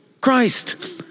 Christ